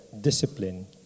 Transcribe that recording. discipline